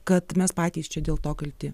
kad mes patys čia dėl to kalti